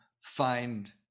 find